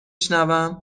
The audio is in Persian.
شنوم